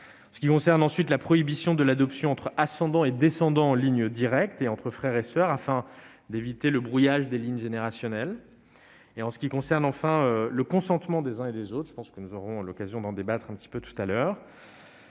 Elles concernent ensuite la prohibition de l'adoption entre ascendants et descendants en ligne directe et entre frères et soeurs, afin d'éviter le brouillage des lignes générationnelles. Elles concernent enfin le consentement des uns et des autres ; nous aurons, je le crois, l'occasion d'en débattre tout à l'heure.